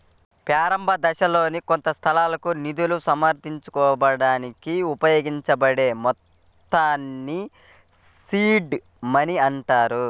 ప్రారంభదశలోనే కొత్త సంస్థకు నిధులు సమకూర్చడానికి ఉపయోగించబడే మొత్తాల్ని సీడ్ మనీ అంటారు